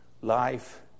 life